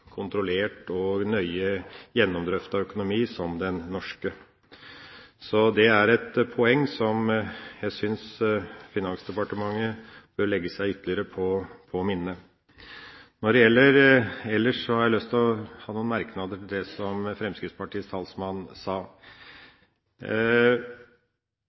kontrollert og nøye gjennomdrøftet økonomi som den norske. Så det er et poeng som jeg syns Finansdepartementet bør legge seg på minnet. Ellers har jeg noen merknader til det som Fremskrittspartiets finanspolitiske talsmann sa.